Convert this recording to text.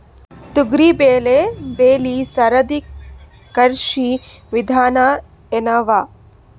ತೊಗರಿಬೇಳೆ ಬೆಳಿ ಸರದಿ ಕೃಷಿ ವಿಧಾನ ಎನವ?